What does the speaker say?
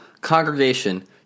congregation